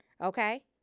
Okay